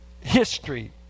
History